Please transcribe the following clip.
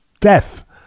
Death